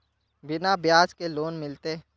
बिना ब्याज के लोन मिलते?